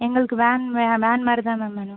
எங்களுக்கு van van மாதிரி தான் மேம் வேணும்